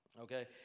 Okay